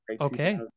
Okay